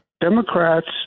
Democrats